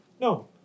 No